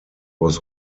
was